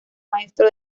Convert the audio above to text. maestro